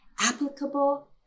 applicable